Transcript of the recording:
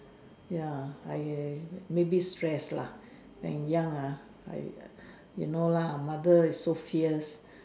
ya I I maybe stress lah when young ah I you know lah mother is so fierce